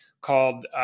called